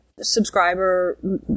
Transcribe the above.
subscriber